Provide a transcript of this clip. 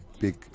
big